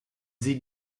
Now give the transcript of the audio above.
sie